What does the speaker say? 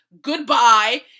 Goodbye